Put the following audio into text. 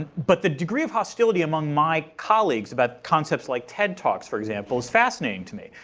and but the degree of hostility among my colleagues about concepts like ted talks for example is fascinating to me.